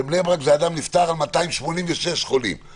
ובבני ברק על כל 286 חולים יש נפטר אחד.